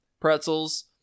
pretzels